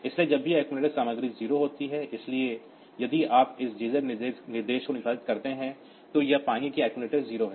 इसलिए जब भी अक्सुमुलेटर सामग्री 0 होती है इसलिए यदि आप एक JZ निर्देशों को निष्पादित करते हैं तो यह पाएंगे कि अक्सुमुलेटर 0 है